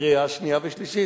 לקריאה שנייה ושלישית.